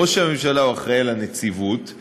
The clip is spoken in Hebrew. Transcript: אז ראש הממשלה אחראי לנציבות,